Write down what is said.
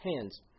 Hands